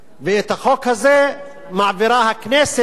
ואת החוק הזה מעבירה הכנסת